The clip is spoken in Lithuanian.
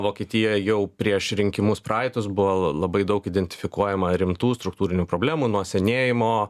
vokietijoje jau prieš rinkimus praeitus buvo labai daug identifikuojama rimtų struktūrinių problemų nuo senėjimo